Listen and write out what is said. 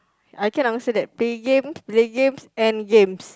I can answer that play games play games and games